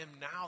now